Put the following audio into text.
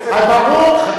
אז ברור,